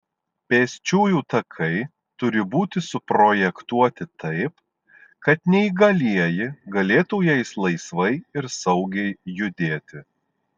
pėsčiųjų takai turi būti suprojektuoti taip kad neįgalieji galėtų jais laisvai ir saugiai judėti